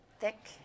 thick